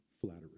flattery